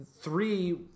three